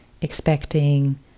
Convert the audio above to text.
expecting